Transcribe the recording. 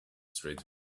street